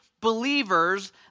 believers